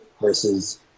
versus